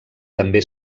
també